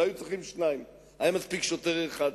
לא היו צריכים שניים, היה מספיק שוטר אחד,